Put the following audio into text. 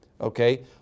okay